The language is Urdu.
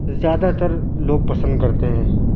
زیادہ تر لوگ پسند کرتے ہیں